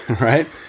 right